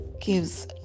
gives